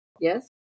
yes